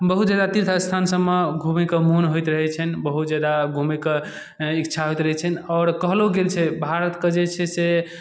बहुत ज्यादा तीर्थस्थान सबमे घुमैके मोन होइत रहै छनि बहुत ज्यादा घुमैके इच्छा होइत रहै छनि आओर कहलो गेल छै भारतके जे छै से